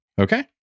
Okay